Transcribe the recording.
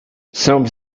some